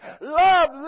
Love